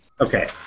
Okay